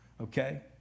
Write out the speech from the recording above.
Okay